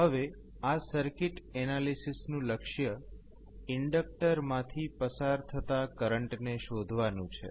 હવે આ circuit analysis નું લક્ષ્ય ઇન્ડક્ટર માંથી પસાર થતા કરંટ ને શોધવાનું છે